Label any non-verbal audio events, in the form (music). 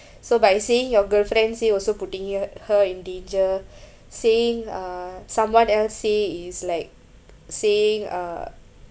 so by saying your girlfriend say also putting h~ her in danger (breath) saying uh someone else say is like saying uh